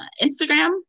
Instagram